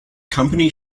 company